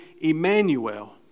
Emmanuel